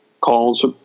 calls